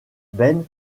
ben